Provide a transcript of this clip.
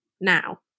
now